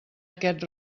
aquest